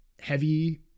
heavy